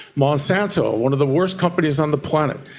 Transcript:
monsanto, one of the worst companies on the planet,